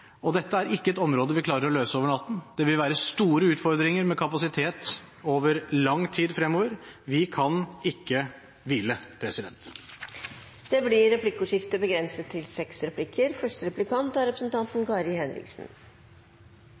og dette er ikke et område vi klarer å løse over natten. Det vil være store utfordringer med kapasitet over lang tid fremover. Vi kan ikke hvile. Det blir replikkordskifte. Jeg registrerer at statsråden stadfester at meldinga ikke var bred, det er